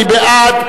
מי בעד?